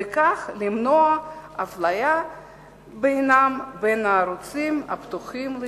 וכך למנוע אפליה בינם ובין הערוצים הפתוחים לציבור.